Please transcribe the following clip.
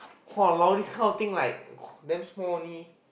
!walao! this kind of thing like !wah! damn small only